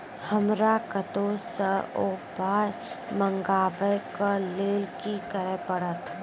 हमरा कतौ सअ पाय मंगावै कऽ लेल की करे पड़त?